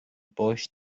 bush